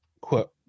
quote